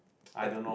at